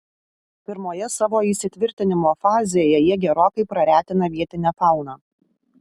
pirmoje savo įsitvirtinimo fazėje jie gerokai praretina vietinę fauną